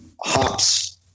hops